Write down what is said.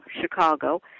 Chicago